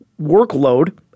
workload